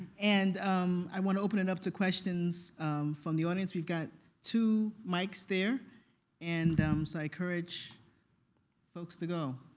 and um i want to open it up to questions from the audience. we've got two mics there and so i encourage folks to go.